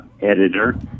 editor